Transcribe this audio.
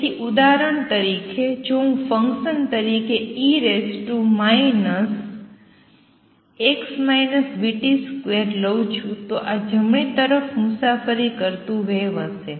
તેથી ઉદાહરણ તરીકે જો હું ફંકશન તરીકે e 2 લઉં છું તો આ જમણી તરફ મુસાફરી કરતું વેવ હશે